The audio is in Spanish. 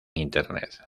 internet